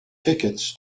tickets